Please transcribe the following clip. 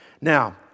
Now